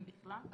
אם בכלל?